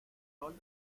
sol